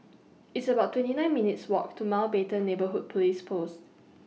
It's about twenty nine minutes' Walk to Mountbatten Neighbourhood Police Post